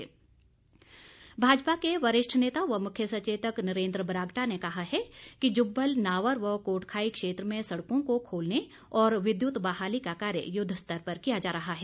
बरागटा भाजपा के वरिष्ठ नेता व मुख्य सचेतक नरेन्द्र बरागटा ने कहा है कि जुब्बल नावर व कोटखाई क्षेत्र में सड़कों को खोलने और विद्युत बहाली का कार्य युद्वस्तर पर किया जा रहा है